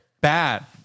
Bad